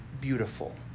beautiful